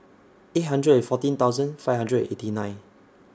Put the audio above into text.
eight hundred and fourteen thousand five hundred and eighty nine